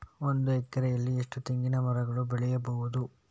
ಒಂದು ಎಕರೆಯಲ್ಲಿ ಎಷ್ಟು ತೆಂಗಿನಮರಗಳು ಬೆಳೆಯಬಹುದು?